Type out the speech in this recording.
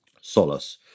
solace